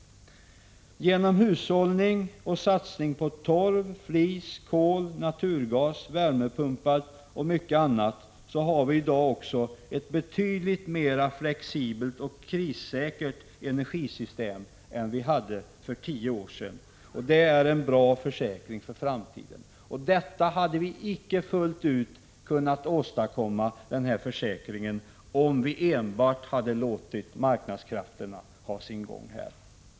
Genom hushållning och satsning på torv, flis, kol, naturgas, värmepumpar och mycket annat har vi i dag också ett betydligt mer flexibelt och krissäkert energisystem än vi hade för tio år sedan, och det är en bra försäkring för framtiden. Den försäkringen hade vi inte fullt ut kunnat åstadkomma om vi enbart hade låtit marknadskrafterna ha sin gång.